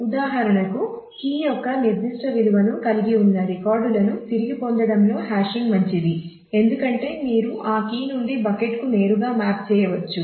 ఉదాహరణకు కీ యొక్క నిర్దిష్ట విలువను కలిగి ఉన్న రికార్డులను తిరిగి పొందడంలో హాషింగ్ మంచిది ఎందుకంటే మీరు ఆ కీ నుండి బకెట్కు నేరుగా మ్యాప్ చేయవచ్చు